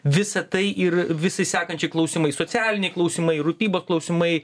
visa tai ir visi sekančiai klausimai socialiniai klausimai rūpybos klausimai